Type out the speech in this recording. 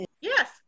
Yes